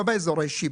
לא באזור האישי,